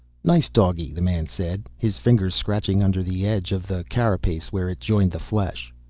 nice doggy, the man said, his fingers scratching under the edge of the carapace where it joined the flesh.